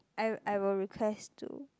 I I will request to